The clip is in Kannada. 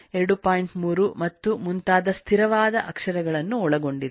3 ಮತ್ತು ಮುಂತಾದ ಸ್ಥಿರವಾದ ಅಕ್ಷರಗಳನ್ನು ಒಳಗೊಂಡಿದೆ